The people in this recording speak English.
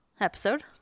episode